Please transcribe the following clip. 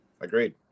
Agreed